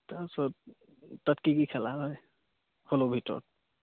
তাৰপিছত তাত কি কি খালা হয় হলৰ ভিতৰত